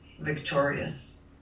victorious